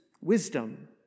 wisdom